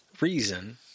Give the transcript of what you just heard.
reason